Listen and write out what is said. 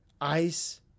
ice